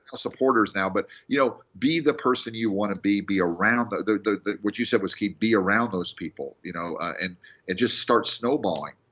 supporters now. but you know, be the person you want to be. be around ah what you said was key be around those people. you know and and just starts snowballing.